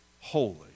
holy